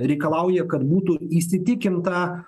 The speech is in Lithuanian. reikalauja kad būtų įsitikinta